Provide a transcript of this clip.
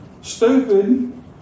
stupid